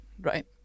right